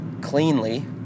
cleanly